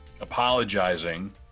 apologizing